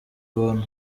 buntu